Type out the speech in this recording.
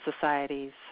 societies